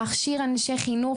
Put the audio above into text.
להכשיר אנשי חינוך